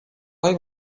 های